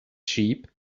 sheep